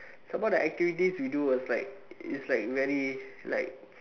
some more the activity we do was like it's like very like